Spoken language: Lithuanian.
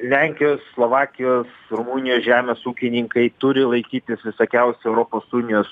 lenkijos slovakijos rumunijos žemės ūkininkai turi laikytis visokiausių europos unijos